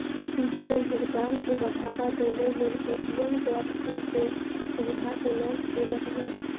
digital भुगतान केँ बढ़ावा देबै लेल पे.टी.एम टैप टू पे सुविधा केँ लॉन्च केलक ये